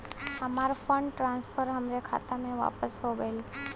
हमार fund transfer हमरे खाता मे वापस हो गईल